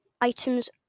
items